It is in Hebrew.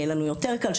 יהיה לנו יותר קל.